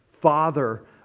Father